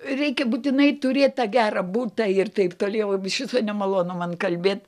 reikia būtinai turėt tą gerą butą ir taip toliau iš viso nemalonu man kalbėt